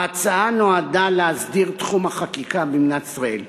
ההצעה נועדה להסדיר את תחום החקיקה במדינת ישראל,